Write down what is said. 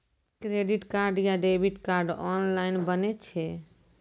Credit card या debit card online बनै छै?